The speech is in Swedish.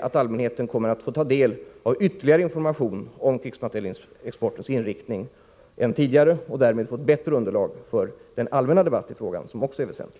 att allmänheten kommer att få ta del av mer information om krigsmaterielexportens inriktning än tidigare — och därmed får vi ett bättre underlag för den allmänna debatten i frågan, som också är väsentlig.